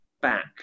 back